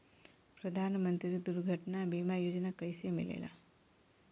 प्रधानमंत्री दुर्घटना बीमा योजना कैसे मिलेला?